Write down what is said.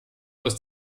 aus